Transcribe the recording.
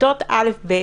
בכיתות א'-ב'